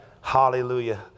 Hallelujah